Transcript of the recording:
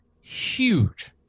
huge